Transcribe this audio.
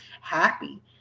happy